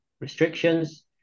restrictions